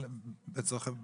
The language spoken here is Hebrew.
לצורך העניין,